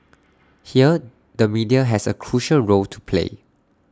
here the media has A crucial role to play